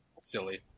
Silly